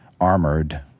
armored